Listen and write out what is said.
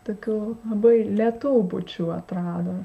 tokių labai lėtų bučių atrado